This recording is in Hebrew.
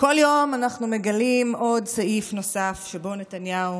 כל יום אנחנו מגלים עוד סעיף נוסף שבו נתניהו